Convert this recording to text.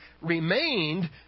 remained